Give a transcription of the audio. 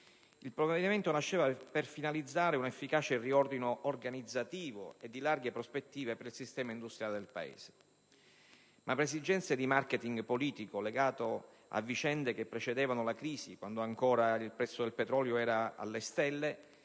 Il provvedimento nasceva per finalizzare un efficace riordino organizzativo e di larghe prospettive per il sistema industriale del Paese ma, per esigenze di *marketing* politico legato a vicende che precedevano la crisi quando ancora il prezzo del petrolio era alle stelle,